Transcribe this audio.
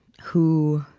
who,